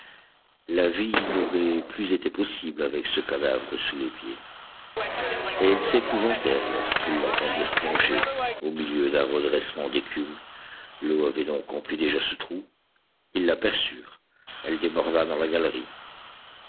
la vie n'aurait plus été possible avec ce cadavre sous les pieds et ils s'épouvantèrent lorsqu'ils l'entendirent plonger au milieu d'un rejaillissement d'écume l'eau avait donc empli déjà ce trou ils l'aperçurent elle déborda dans la galerie